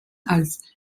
als